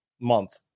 month